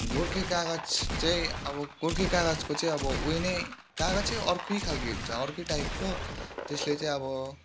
गोर्खे कागज चाहिँ अब गोर्खे कागजको चाहिँ अब उयो नै कागजै अर्कै खालके हुन्छ अर्कै टाइपको त्यसले चाहिँ अब